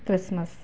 Christmas